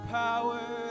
power